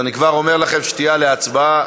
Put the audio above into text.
אני כבר אומר לכם שתהיה עליה הצבעה,